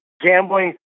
gambling